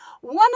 One